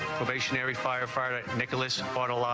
probationary firefighter and but like